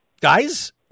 guys